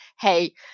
hey